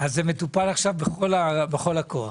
אז זה מטופל עכשיו בכל הכוח.